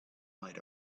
might